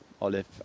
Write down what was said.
Olive